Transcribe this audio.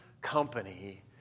company